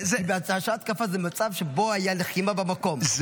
"שעת התקפה" זה מצב שבו הייתה לחימה במקום,